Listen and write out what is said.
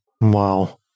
Wow